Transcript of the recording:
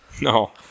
No